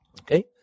Okay